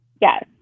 Yes